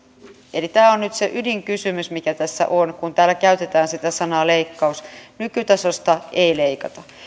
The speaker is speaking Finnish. eli tämä on nyt se ydinkysymys mikä tässä on kun täällä käytetään sitä sanaa leikkaus nykytasosta ei leikata